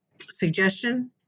suggestion